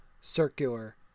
circular